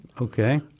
Okay